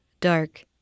dark